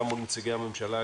גם מול נציגי הממשלה,